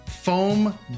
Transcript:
Foam